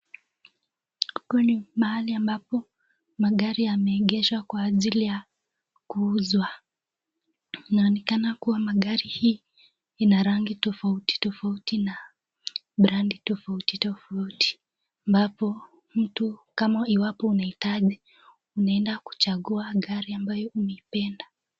Huku ni mahali ambapo magari yameegeshwa kwa ajili ya kuuzwa inaonekana kuwa gari hii ina rangi tofauti tofauti na brand tofauti tofauti ambapo iwapo mtu unahitaji unaenda kuchagua gari ambayo umeipenda.